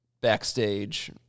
backstage